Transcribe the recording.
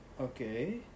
okay